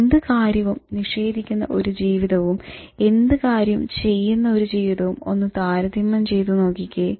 എന്ത് കാര്യവും നിഷേധിക്കുന്ന ഒരു ജീവിതവും എന്ത് കാര്യവും ചെയ്യുന്ന ഒരു ജീവിതവും ഒന്ന് താരതമ്യം ചെയ്തു നോക്കിക്കേ